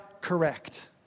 correct